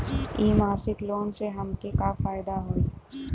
इ मासिक लोन से हमके का फायदा होई?